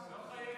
את לא חייבת.